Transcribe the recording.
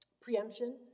preemption